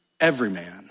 everyman